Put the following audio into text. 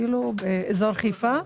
באזור חיפה?